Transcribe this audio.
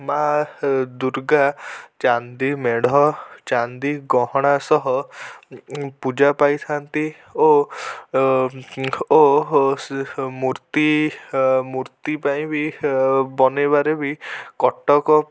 ମା ଦୁର୍ଗା ଚାନ୍ଦି ମେଢ଼ ଚାନ୍ଦି ଗହଣା ସହ ପୂଜା ପାଇଥାଆନ୍ତି ଓ ଓ ମୂର୍ତ୍ତି ମୂର୍ତ୍ତି ପାଇଁ ବି ହ ବନାଇବାରେ ବି କଟକ